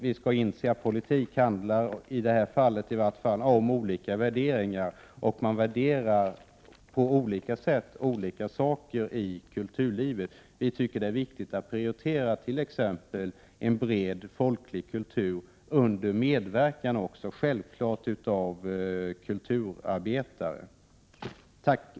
Vi skall inse att politik i det här fallet i vart fall handlar om olika värderingar. Man värderar olika saker på olika sätt i kulturlivet. Vi socialdemokrater tycker att det är viktigt att prioritera en bred folklig kultur, självfallet under medverkan av kulturarbetare.